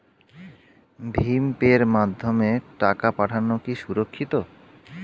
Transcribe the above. ভিম পের মাধ্যমে টাকা পাঠানো কি সুরক্ষিত?